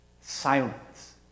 silence